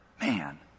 Man